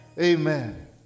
amen